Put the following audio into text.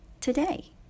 today